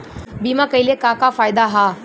बीमा कइले का का फायदा ह?